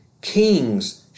kings